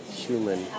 human